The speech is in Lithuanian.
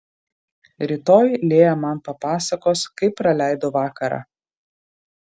rytoj lėja man papasakos kaip praleido vakarą